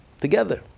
together